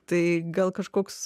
tai gal kažkoks